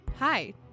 Hi